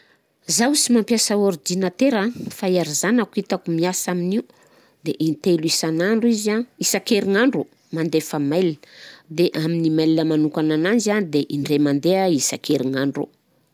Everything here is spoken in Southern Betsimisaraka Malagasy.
Zaho sy mampiasa ordinateur an, fa ery zanako hitako miasa amnio de in-telo isanandro izy an isan-kerignandro mandefa mail, de amin'ny mail manokagna ananjy an de indray mande isan-kerignandro.